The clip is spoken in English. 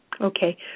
Okay